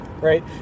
right